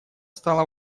стало